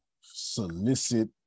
solicit